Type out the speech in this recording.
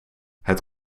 het